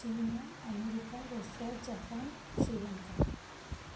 China America Russia Japan Sri Lanka